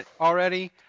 already